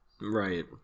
right